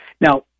Now